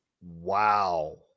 Wow